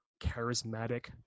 charismatic